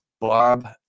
Bob